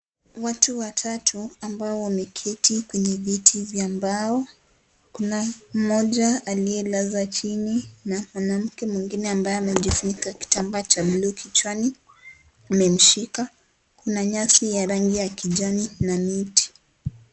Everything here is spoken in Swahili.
Watu watatu ambao wameketi kwenye viti vya mbao, kuna mmoja aliyelaza chini na mwanamke mwingine ambaye amejifunika kitamba cha buluu kichwani amemshika. Kuna nyasi ya rangi kijani na miti.